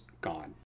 gone